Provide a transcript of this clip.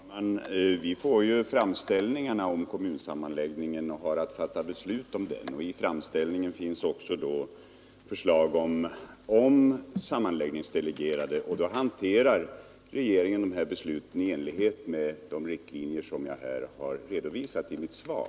Herr talman! Vi får ju framställningen om kommunsammanläggning och har att fatta beslut om den. I framställningen finns också förslag om sammanläggningsdelegerade, och då hanterar regeringen de här besluten i enlighet med de riktlinjer som jag har redovisat i mitt svar.